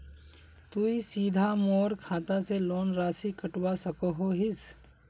तुई सीधे मोर खाता से लोन राशि कटवा सकोहो हिस?